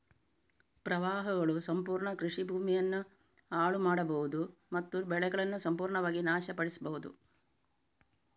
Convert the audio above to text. ಪ್ರವಾಹಗಳು ಸಂಪೂರ್ಣ ಕೃಷಿ ಭೂಮಿಯನ್ನ ಹಾಳು ಮಾಡ್ಬಹುದು ಮತ್ತು ಬೆಳೆಗಳನ್ನ ಸಂಪೂರ್ಣವಾಗಿ ನಾಶ ಪಡಿಸ್ಬಹುದು